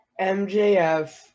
MJF